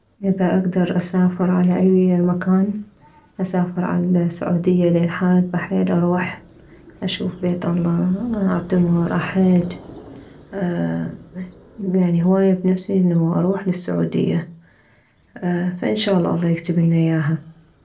اذا اكدر اسافر على اي مكان اسافر عالسعودية حابة لان حيل اروح اشوف بيت الله اعتمر احج يعني هواية بنفسي اروح للسعودية فان شالله الله يكتبلنا اياها